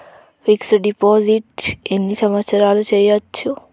Fix డ్ deposit ఎన్ని సంవత్సరాలు చేయచ్చు?